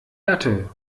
latte